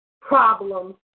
problems